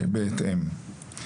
בהתאם.